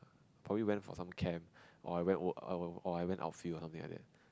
probably went for some camp or I went or I or I went outfield or something like that